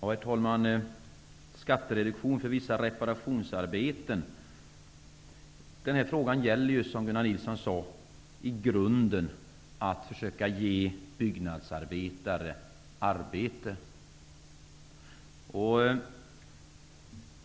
Herr talman! Det talas om skattereduktion för vissa reparationsarbeten. Den här frågan gäller som Gunnar Nilsson sade i grunden att vi skall försöka ge byggnadsarbetare arbete.